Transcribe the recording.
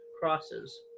crosses